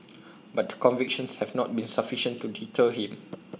but the convictions have not been sufficient to deter him